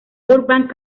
burbank